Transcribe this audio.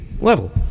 level